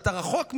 ואתה רחוק מזה,